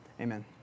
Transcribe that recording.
Amen